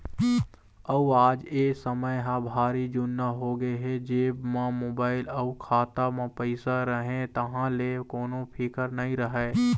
अउ आज ए समे ह भारी जुन्ना होगे हे जेब म मोबाईल अउ खाता म पइसा रहें तहाँ ले कोनो फिकर नइ रहय